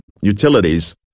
utilities